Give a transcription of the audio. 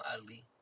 Ali